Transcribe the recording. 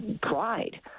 pride